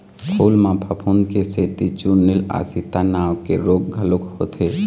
फूल म फफूंद के सेती चूर्निल आसिता नांव के रोग घलोक होथे